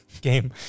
Game